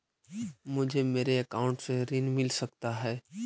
मुझे मेरे अकाउंट से ऋण मिल सकता है?